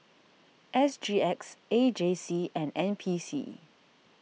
S G X A J C and N P C